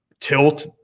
tilt